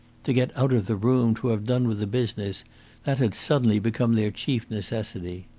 to get out of the room, to have done with the business that had suddenly become their chief necessity.